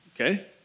okay